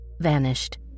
vanished